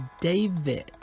David